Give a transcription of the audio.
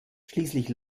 schließlich